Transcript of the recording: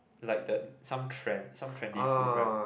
like the some trend some trendy food right